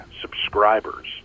subscribers